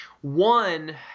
One